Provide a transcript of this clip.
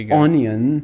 onion